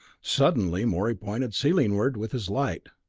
suddenly morey pointed ceilingward with his light.